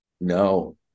No